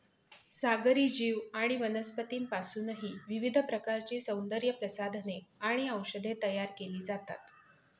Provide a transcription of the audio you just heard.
सागरी जीव आणि वनस्पतींपासूनही विविध प्रकारची सौंदर्यप्रसाधने आणि औषधे तयार केली जातात